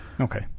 Okay